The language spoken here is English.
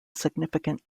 significant